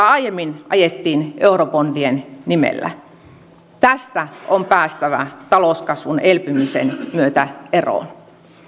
aiemmin ajettiin eurobondien nimellä tästä on päästävä talouskasvun elpymisen myötä eroon